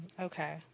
Okay